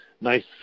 nice